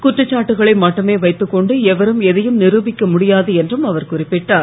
குற்றச்சாட்டுகளை மட்டுமே வைத்துக்கொண்டு எவரும் எதையும் நிரூபிக்க முடியாது என்றும் அவர் குறிப்பிட்டார்